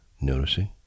noticing